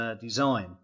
design